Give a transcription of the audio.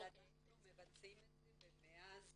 אבל אנחנו מבצעים את זה ומאז